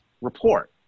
report